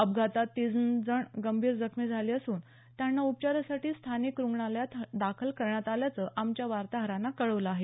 अपघातात तीन जण गंभीर जखमी झाले असून त्यांना उपचारासाठी स्थानिक रुग्णालयात दाखल करण्यात आल्याचं आमच्या वार्ताहरानं कळवलं आहे